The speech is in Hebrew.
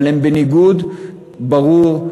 אבל הן בניגוד ברור,